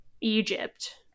Egypt